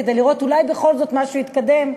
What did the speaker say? כדי לראות אולי בכל זאת משהו התקדם.